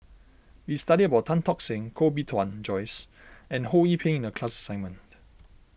we studied about Tan Tock Seng Koh Bee Tuan Joyce and Ho Yee Ping in the class assignment